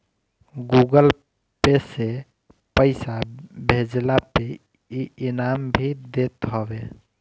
Google Pay से पईसा भेजला पे इ इनाम भी देत हवे